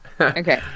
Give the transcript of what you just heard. Okay